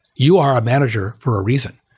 you are a manager for a reason.